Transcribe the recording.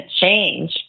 change